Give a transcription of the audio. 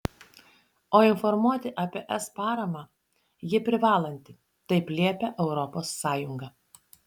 o informuoti apie es paramą ji privalanti taip liepia europos sąjunga